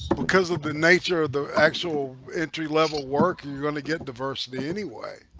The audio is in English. because of the nature of the actual entry-level work you're gonna get diversity anyway,